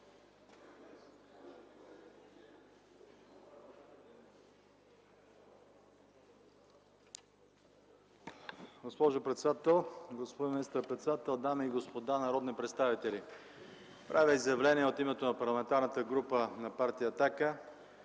Госпожо председател, господин министър-председател, дами и господа народни представители! Правя изявление от името на Парламентарната група на Партия